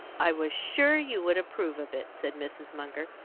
i was sure you would approve of it, said mrs. munger.